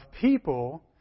people